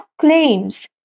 claims